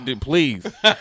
please